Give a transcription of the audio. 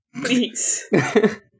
Please